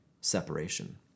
separation